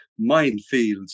minefields